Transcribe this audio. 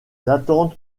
attendent